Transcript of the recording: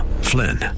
Flynn